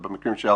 זה בשנים של